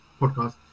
podcast